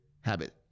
habit